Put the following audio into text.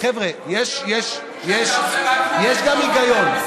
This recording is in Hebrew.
אז חבר'ה, יש גם היגיון.